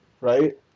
right